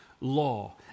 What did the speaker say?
law